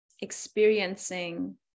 experiencing